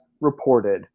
reported